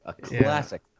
classic